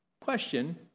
question